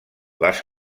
les